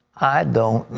i don't